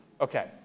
Okay